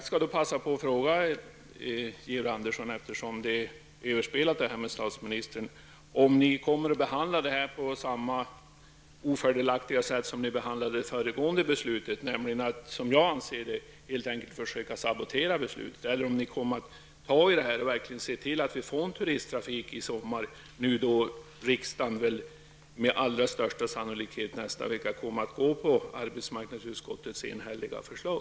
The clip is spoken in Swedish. Jag skall då passa på att fråga Georg Andersson, eftersom detta med statsministern är överspelat, om regeringen kommer att behandla detta på samma ofördelaktiga sätt som den behandlade föregående beslut, nämligen att, som jag anser, försöka sabotera beslutet, eller om regeringen kommer att ta tag i detta och verkligen se till att vi får en turisttrafik i sommar, då riksdagen med största sannolikhet kommer att gå på arbetsmarknadsutskottets enhälliga förslag.